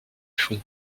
fond